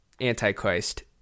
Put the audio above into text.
Antichrist